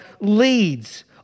leads